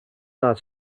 not